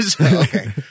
Okay